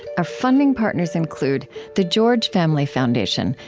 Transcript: our funding partners include the george family foundation,